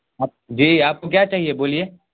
آپ جی آپ کو کیا چاہیے بولیے